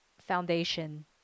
foundation